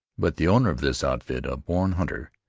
but the owner of this outfit, a born hunter,